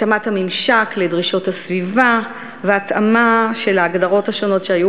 התאמת הממשק לדרישות הסביבה והתאמה של ההגדרות השונות שהיו